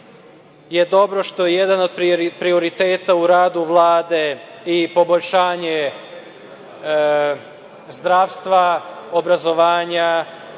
je dobro što je jedan od prioriteta u radu Vlade i poboljšanje zdravstva, obrazovanja,